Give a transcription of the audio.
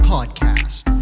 Podcast